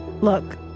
Look